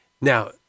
Now